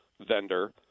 vendor